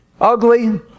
Ugly